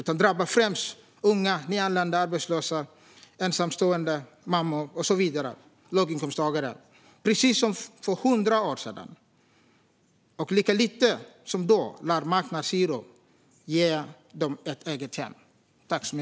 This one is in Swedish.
Den drabbar främst unga, nyanlända, arbetslösa, ensamstående mammor och låginkomsttagare - precis som för hundra år sedan, och lika lite som då lär marknadshyror ge dem ett eget hem.